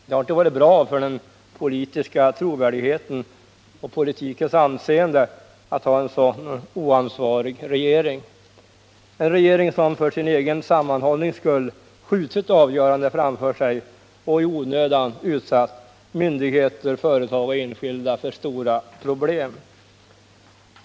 Det har inte varit bra för den politiska trovärdigheten och politikens anseende att ha en så oansvarig regering — en regering som för sin egen sammanhållnings skull skjutit avgörandet framför sig och i onödan utsatt myndigheter, företag och enskilda för stora problem.